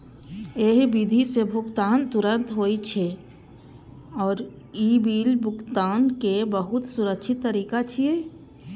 एहि विधि सं भुगतान तुरंत होइ छै आ ई बिल भुगतानक बहुत सुरक्षित तरीका छियै